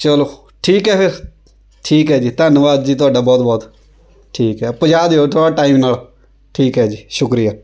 ਚਲੋ ਠੀਕ ਹੈ ਫਿਰ ਠੀਕ ਹੈ ਜੀ ਧੰਨਵਾਦ ਜੀ ਤੁਹਾਡਾ ਬਹੁਤ ਬਹੁਤ ਠੀਕ ਹੈ ਪਜਾ ਦਿਉ ਥੋੜ੍ਹਾ ਟਾਈਮ ਨਾਲ਼ ਠੀਕ ਹੈ ਜੀ ਸ਼ੁਕਰੀਆ